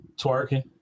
Twerking